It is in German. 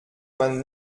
man